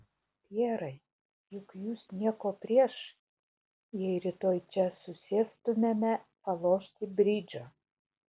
pjerai juk jūs nieko prieš jei rytoj čia susėstumėme palošti bridžo